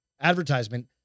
advertisement